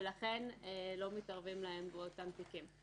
ולכן לא מתערבים להם באותם תיקים.